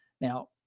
Now